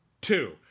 Two